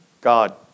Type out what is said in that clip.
God